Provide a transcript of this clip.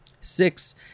Six